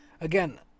again